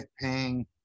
paying